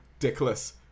Dickless